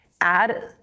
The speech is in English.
add